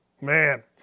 Man